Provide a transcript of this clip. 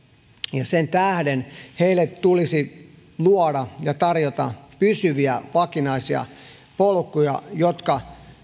ja sen tähden heille tulisi luoda ja tarjota pysyviä vakinaisia polkuja jotka